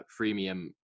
freemium